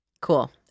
Cool